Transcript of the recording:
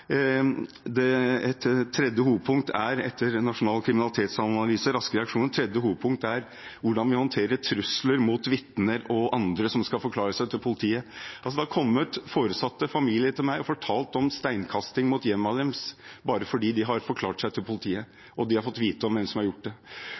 Et tredje hovedpunkt, etter en nasjonal kriminalitetsanalyse og raske reaksjoner, er hvordan vi håndterer trusler mot vitner og andre som skal forklare seg til politiet. Det har kommet foresatte og familier til meg og fortalt om steinkasting mot hjemmene deres bare fordi de har forklart seg til politiet